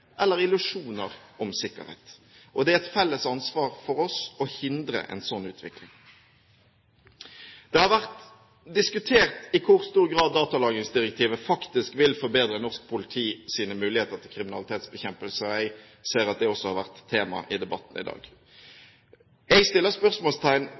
eller illusjoner om sikkerhet. Det er et felles ansvar for oss å hindre en sånn utvikling. Det har vært diskutert i hvor stor grad datalagringsdirektivet faktisk vil forbedre norsk politis muligheter til kriminalitetsbekjempelse. Jeg ser at det også har vært tema i debatten i